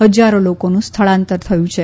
ફજારો લોકોનું સ્થળાંતર થયું છે